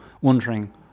wondering